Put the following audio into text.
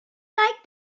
like